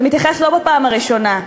אתה מתייחס לא בפעם הראשונה.